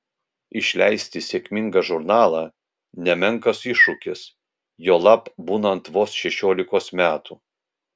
išleisti sėkmingą žurnalą nemenkas iššūkis juolab būnant vos šešiolikos metų